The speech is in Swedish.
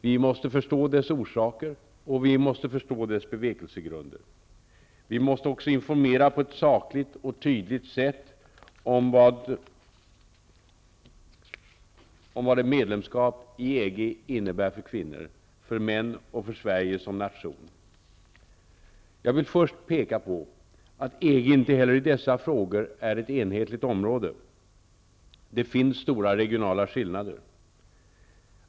Vi måste förstå dess orsaker och bevekelsegrunder. Vi måste också informera på ett sakligt och tydligt sätt om vad ett medlemskap i EG innebär för kvinnor, för män och för Sverige som nation. Jag vill först peka på att EG inte heller i dessa frågor är ett enhetligt område. Det finns stora regionala skillnader.